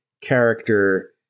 character